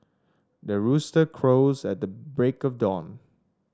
the rooster crows at the break of dawn